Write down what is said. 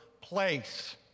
place